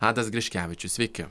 adas griškevičius sveiki